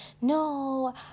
No